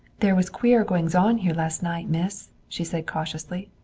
there was queer goings-on here last night, miss, she said cautiously.